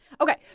okay